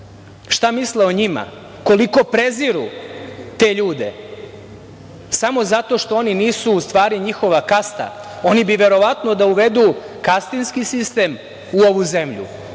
Šta misle o njima? Koliko preziru te ljude samo zato što oni nisu u stvari njihova kasta. Oni bi verovatno da uvedu kastinski sistem u ovu zemlju.